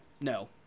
no